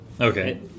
Okay